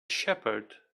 shepherd